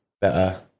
better